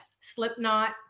Slipknot